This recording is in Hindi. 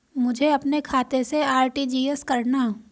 मुझे अपने खाते से आर.टी.जी.एस करना?